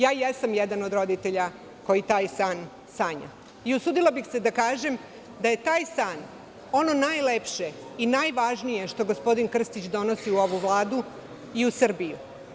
Jesam jedan od roditelja koji taj san sanja i usudila bih se da kažem da je taj san ono najlepše i najvažnije što gospodin Krstić donosi u ovu Vladu i u Srbiju.